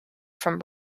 from